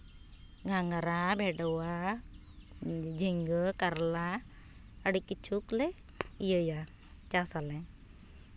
ᱜᱷᱟᱝᱨᱟ ᱵᱷᱮᱰᱚᱣᱟ ᱡᱷᱤᱸᱜᱟᱹ ᱠᱟᱨᱞᱟ ᱟᱹᱰᱤ ᱠᱤᱪᱷᱩᱞᱮ ᱤᱭᱟᱹᱭᱟ ᱪᱟᱥ ᱟᱞᱮ